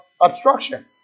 obstruction